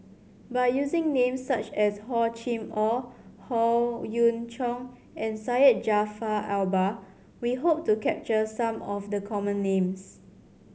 by using names such as Hor Chim Or Howe Yoon Chong and Syed Jaafar Albar we hope to capture some of the common names